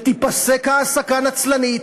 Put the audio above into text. ותיפסק ההעסקה הנצלנית,